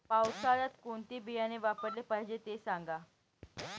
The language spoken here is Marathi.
पावसाळ्यात कोणते बियाणे वापरले पाहिजे ते सांगा